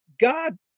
God